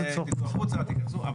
תיכנסו.